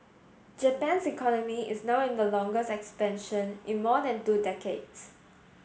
Japan's economy is now in the longest expansion in more than two decades